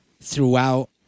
throughout